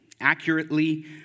accurately